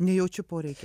nejaučiu poreikio